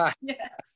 yes